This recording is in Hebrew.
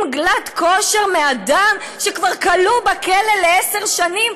גלאט-כשר מאדם שכבר כלוא בכלא לעשר שנים,